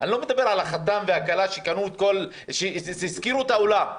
אני לא מדבר על החתן והכלה שהשכירו את האולם.